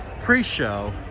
pre-show